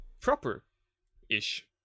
proper-ish